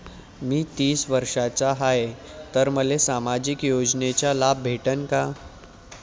मी तीस वर्षाचा हाय तर मले सामाजिक योजनेचा लाभ भेटन का?